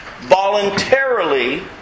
voluntarily